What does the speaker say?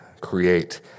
create